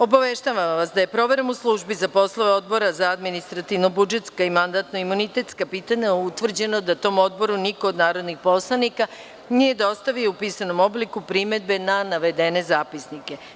Obaveštavam vas da je proverom u Službi za poslove Odbora za administrativno-budžetska i mandatno imunitetska pitanja utvrđeno da tom odboru niko od narodnih poslanika nije dostavio u pisanom obliku primedbe na navedene zapisnike.